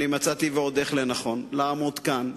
מצאתי ועוד איך לנכון לומר כאן,